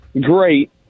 great